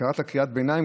קראת קריאת ביניים,